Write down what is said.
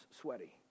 sweaty